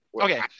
Okay